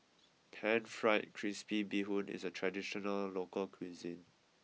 Pan Fried Crispy Bee Hoon is a traditional local cuisine